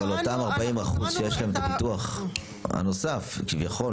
אבל אותם 40% שיש להם את הביטוח הנוסף כביכול